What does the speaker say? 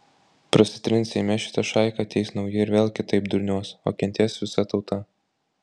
prasitrins seime šita šaika ateis nauji ir vėl kitaip durniuos o kentės visa tauta